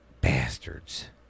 bastards